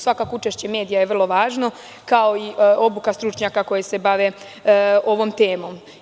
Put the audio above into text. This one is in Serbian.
Svakako učešće medija je jako važno kao i obuka stručnjaka koji se bave ovom temom.